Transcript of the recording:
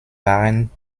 waren